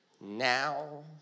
now